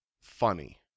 funny